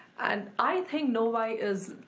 and i think novi is,